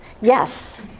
Yes